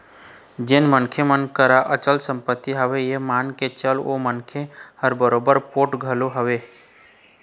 जेन मनखे मन करा अचल संपत्ति हवय ये मान के चल ओ मनखे ह बरोबर पोठ घलोक हवय